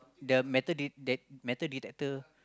the metal detec~ metal detector